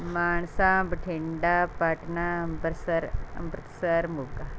Mansa Bathinda Patna Ambarsar Amritsar Moga